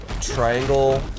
triangle